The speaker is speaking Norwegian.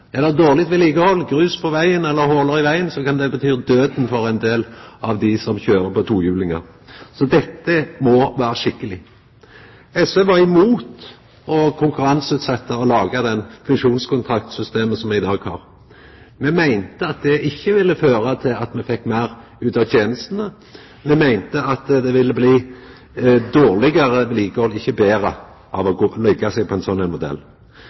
Er det dårleg vedlikehald, grus eller hol i vegen, kan det bety døden for ein del av dei som kjører tohjulingar. Så dette må vera skikkeleg. SV var imot å konkurranseutsetja og laga det fusjonskontraktsystemet me i dag har. Me meinte at det ikkje ville føra til at me fekk meir ut av tenestene. Me meinte at det ville bli dårlegare vedlikehald, ikkje betre, av å leggja seg på ein slik modell.